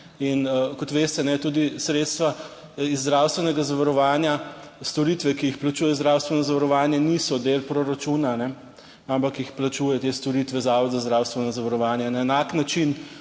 in kot veste, tudi sredstva iz zdravstvenega zavarovanja, storitve, ki jih plačujejo zdravstveno zavarovanje, niso del proračuna, ampak jih plačuje te storitve Zavod za zdravstveno zavarovanje. Na enak način